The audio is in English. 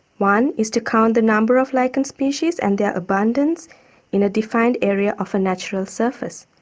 one is to count the number of lichen species and their abundance in a defined area of a natural surface,